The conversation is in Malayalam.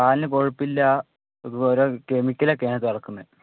പാലിന് കൊഴുപ്പില്ല ഇതു ഓരോ കെമിക്കലൊക്കെയാണ് ചേര്ക്കുന്നത്